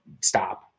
stop